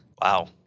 wow